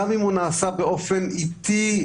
גם אם הוא נעשה באופן איטי,